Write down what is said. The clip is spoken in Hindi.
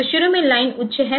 तो शुरू में लाइन उच्च है